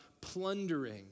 plundering